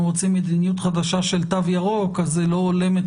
רוצים מדיניות חדשה של תו ירוק אז זה לא הולם את